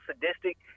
sadistic